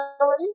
already